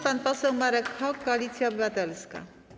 Pan poseł Marek Hok, Koalicja Obywatelska.